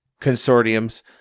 consortiums